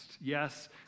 Yes